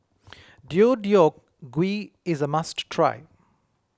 Deodeok Gui is a must try